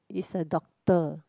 is a doctor